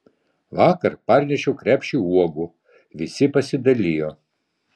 vakar parnešiau krepšį uogų visi pasidalijo